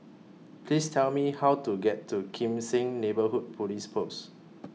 Please Tell Me How to get to Kim Seng Neighbourhood Police Post